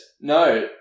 No